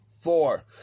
four